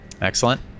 excellent